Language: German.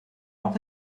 auch